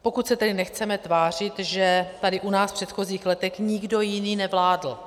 Pokud se tedy nechceme tvářit, že tady u nás v předchozích letech nikdo jiný nevládl.